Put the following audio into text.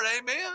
Amen